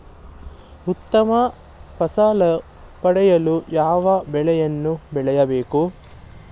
ಉತ್ತಮ ಫಸಲು ಪಡೆಯಲು ಯಾವ ಬೆಳೆಗಳನ್ನು ಬೆಳೆಯಬೇಕು?